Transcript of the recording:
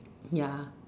ya